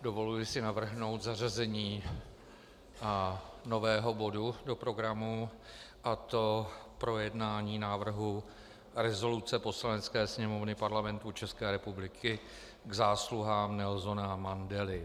Dovoluji si navrhnout zařazení nového bodu do programu, a to projednání návrhu rezoluce Poslanecké sněmovny Parlamentu České republiky k zásluhám Nelsona Mandely.